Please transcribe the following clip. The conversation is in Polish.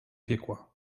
piekła